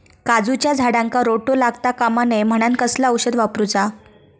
काजूच्या झाडांका रोटो लागता कमा नये म्हनान कसला औषध वापरूचा?